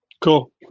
Cool